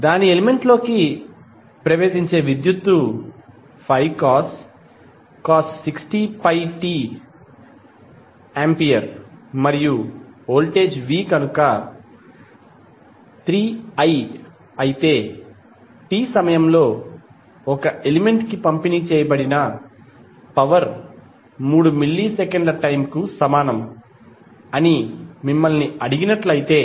దాని ఎలిమెంట్ లోకి ప్రవేశించే విద్యుత్తు 5cos 60πt t A మరియు వోల్టేజ్ v కనుక 3i అయితే t సమయంలో ఒక ఎలిమెంట్ కి పంపిణీ చేయబడిన పవర్ 3 మిల్లీ సెకన్ల టైమ్ కు సమానం అని మిమ్మల్ని అడిగినట్లైతే